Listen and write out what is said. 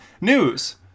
News